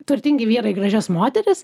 turtingi vyrai gražias moteris